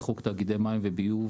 חוק תאגידי מים וביוב,